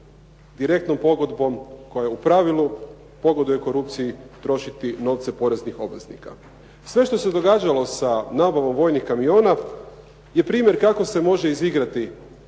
direktnom pogodbom koja u pravilu pogoduje korupciji trošiti novce poreznih obveznika. Sve što se događalo sa nabavom vojnih kamiona je primjer kako se može izigrati